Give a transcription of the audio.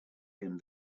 him